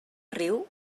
riu